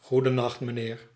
goedennacht mijnheer